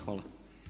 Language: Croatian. Hvala.